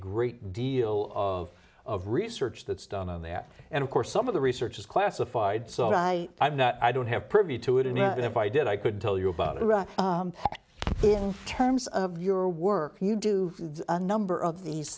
great deal of of research that's done on that and of course some of the research is classified so i i'm not i don't have privy to it and if i did i could tell you about iraq in terms of your work you do a number of these